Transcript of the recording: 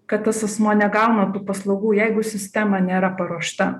kad tas asmuo negauna tų paslaugų jeigu sistema nėra paruošta